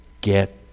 get